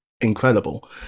incredible